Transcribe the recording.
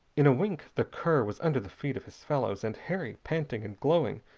in a wink the cur was under the feet of his fellows, and harry, panting and glowing,